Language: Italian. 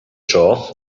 ciò